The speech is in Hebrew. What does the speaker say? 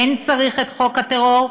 כן צריך את חוק הטרור.